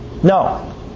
No